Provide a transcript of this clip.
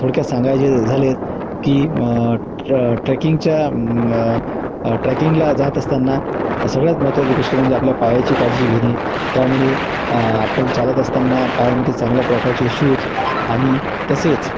थोडक्यात सांगायचे झाले की ट्र ट्रॅकिंगच्या ट्रॅकिंगला जात असताना सगळ्यात महत्त्वाची गोष्ट म्हणजे आपल्या पायाची काळजी घेणे त्यामुळे आपण चालत असताना पायामध्ये चांगल्या प्रकारचे शूज आणि तसेच